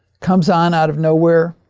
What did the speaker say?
comes on out of nowhere.